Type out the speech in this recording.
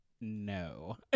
no